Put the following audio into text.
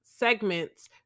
segments